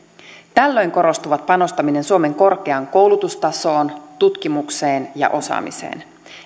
tällöin korostuvat panostaminen suomen korkeaan koulutustasoon tutkimukseen ja osaamiseen